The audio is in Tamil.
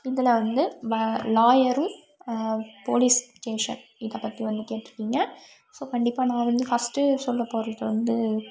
இதில் வந்து லாயரு போலீஸ் ஸ்டேஷன் இதை பற்றி வந்து கேட்டுருக்கீங்க ஸோ கண்டிப்பாக நான் வந்து ஃபஸ்ட்டு சொல்லப்போகிறது வந்து